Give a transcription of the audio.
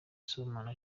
sibomana